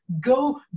go